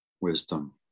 wisdom